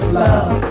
love